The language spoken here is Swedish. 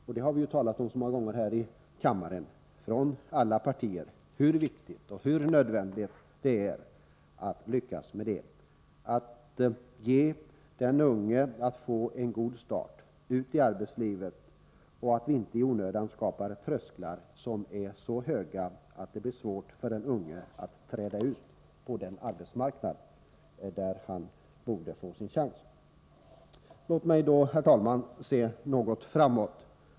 Och vi har ju så många gånger här i kammaren från alla partier talat om hur viktigt och nödvändigt det är att lyckas med detta — att vi ger de unga en god start i arbetslivet och att vi inte i onödan skapar trösklar som är så höga att det blir svårt för den unge att träda ut på den arbetsmarknad där han borde få sin chans. Låt mig då, herr talman, se något framåt.